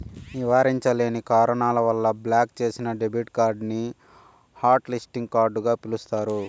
నివారించలేని కారణాల వల్ల బ్లాక్ చేసిన డెబిట్ కార్డుని హాట్ లిస్టింగ్ కార్డుగ పిలుస్తారు